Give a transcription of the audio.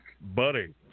buddy